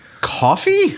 coffee